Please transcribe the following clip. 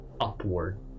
upward